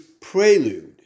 prelude